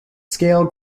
scale